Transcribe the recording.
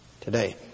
today